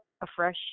afresh